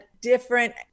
different